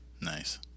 nice